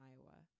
Iowa